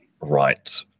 right